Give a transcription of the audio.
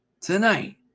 tonight